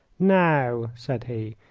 now, said he,